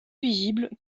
visible